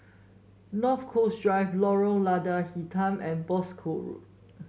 North Coast Drive Lorong Lada Hitam and Boscombe Road